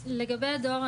לגבי הדואר,